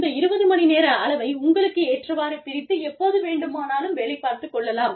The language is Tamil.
இந்த 20 மணிநேர அளவை உங்களுக்கு ஏற்றவாறு பிரித்து எப்போது வேண்டுமானாலும் வேலை பார்த்துக் கொள்ளலாம்